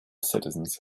citizens